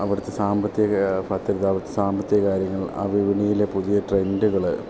അവിടുത്തെ സാമ്പത്തിക ഭദ്രത അവിടുത്തെ സാമ്പത്തികാര്യങ്ങൾ ആ വിപണിയിലെ പുതിയ ട്രെൻഡുകൾ